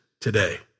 today